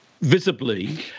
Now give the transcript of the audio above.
visibly